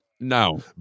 No